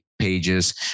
pages